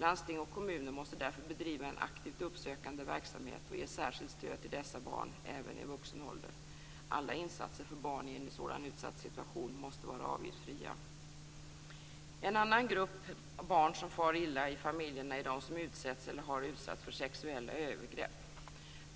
Landsting och kommuner måste därför bedriva en aktivt uppsökande verksamhet och ge särskilt stöd till dessa barn även i vuxen ålder. Alla insatser för barn i en sådan utsatt situation måste vara avgiftsfria. En annan grupp barn som far illa i familjerna är de som utsätts eller har utsatts för sexuella övergrepp.